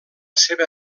seva